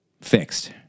fixed